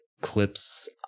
clips